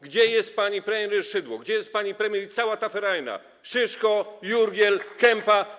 Gdzie jest pani premier Szydło, gdzie jest pani premier i cała ta ferajna - Szyszko, Jurgiel, Kempa?